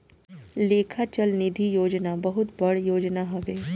लेखा चल निधी योजना बहुत बड़ योजना हवे